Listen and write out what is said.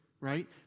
Right